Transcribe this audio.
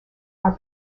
are